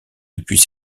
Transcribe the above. depuis